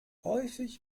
häufig